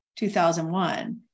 2001